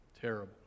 Terrible